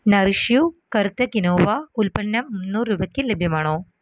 Nourish You കറുത്ത quinoa ഉൽപ്പന്നം മുന്നൂറ് രൂപയ്ക്ക് ലഭ്യമാണോ